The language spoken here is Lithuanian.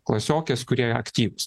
klasiokės kurie aktyvūs